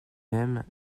mêmes